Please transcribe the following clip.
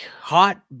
hot